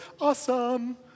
awesome